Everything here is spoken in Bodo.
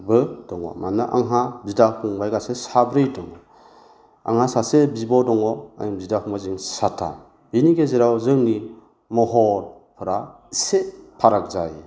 बो दङ मानोना आंहा बिदा फंबाय गासै साब्रै दङ आंहा सासे बिब' दङ बिदा फंबाय जोङो साथाम बिनि गेजेराव जोंनि महरा इसे फाराग जायो